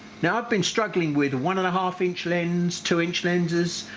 now i've been struggling with one and a half inch lens, two inch lenses.